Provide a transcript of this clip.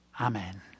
Amen